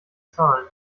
zahlen